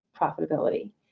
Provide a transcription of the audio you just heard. profitability